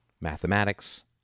mathematics